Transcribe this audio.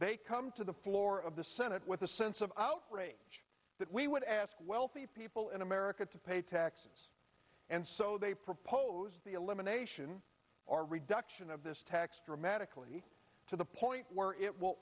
they come to the floor of the senate with a sense of outrage that we would ask wealthy people in america to pay taxes and so they proposed elimination or reduction of this tax dramatically to the point where it will